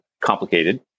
complicated